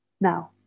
Now